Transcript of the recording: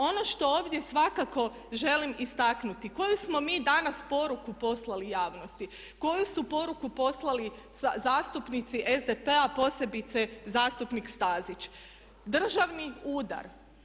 Ono što ovdje svakako želim istaknuti koju smo mi danas poruku poslali javnosti, koju su poruku poslali zastupnici SDP-a, posebice zastupnik Stazić, državni udar.